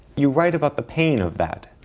you write about the pain of that.